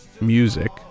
music